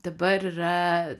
dabar yra